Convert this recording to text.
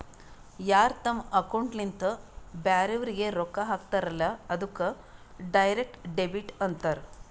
ಯಾರ್ ತಮ್ ಅಕೌಂಟ್ಲಿಂತ್ ಬ್ಯಾರೆವ್ರಿಗ್ ರೊಕ್ಕಾ ಹಾಕ್ತಾರಲ್ಲ ಅದ್ದುಕ್ ಡೈರೆಕ್ಟ್ ಡೆಬಿಟ್ ಅಂತಾರ್